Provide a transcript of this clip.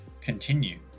Continue